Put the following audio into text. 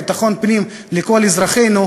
ביטחון פנים לכל אזרחינו,